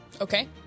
Okay